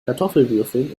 kartoffelwürfeln